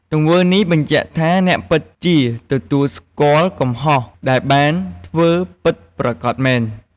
ទង្វើនេះបញ្ជាក់ថាអ្នកពិតជាទទួលស្គាល់កំហុសដែលបានធ្វើពិតប្រាកដមែន។